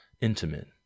intimate